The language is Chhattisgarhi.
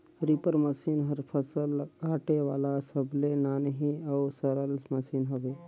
रीपर मसीन हर फसल ल काटे वाला सबले नान्ही अउ सरल मसीन हवे